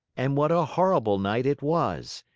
and what a horrible night it was!